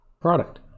product